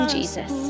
Jesus